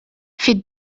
fid